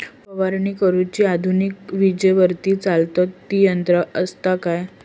फवारणी करुची आधुनिक विजेवरती चलतत ती यंत्रा आसत काय?